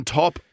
top